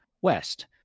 west